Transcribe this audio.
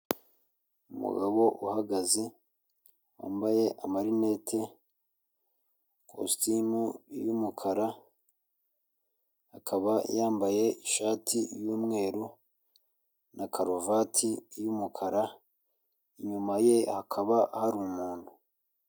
Umugabo uhagaze wambaye amarinete, ikositimu y'umukara, akaba yambaye ishati y'umweru na karuvati y'umukara inyuma ye hakaba hari umuntu.